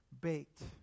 baked